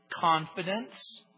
Confidence